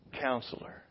counselor